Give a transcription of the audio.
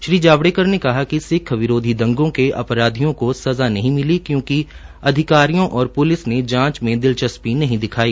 श्री जावड़ेकर ने कहा कि सिक्ख विरोधी दंगों के अपराधियों को सज़ा नहीं मिली क्योंकि अधिकारियों और प्लिस ने जांच में दिलचस्पी नहीं दिखाई